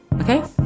Okay